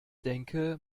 denke